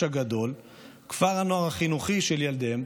הגדול כפר הנוער החינוכי של ילדיהם,